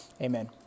Amen